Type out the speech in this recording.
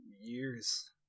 years